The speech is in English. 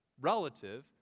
relative